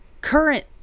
current